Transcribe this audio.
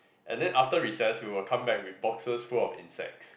and then after recess will come back with boxes full of insects